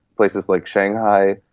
places like shanghai,